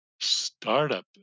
startup